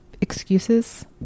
excuses